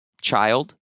child